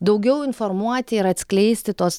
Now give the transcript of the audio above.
daugiau informuoti ir atskleisti tuos